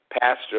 Pastor